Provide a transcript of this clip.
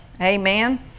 Amen